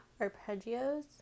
Arpeggios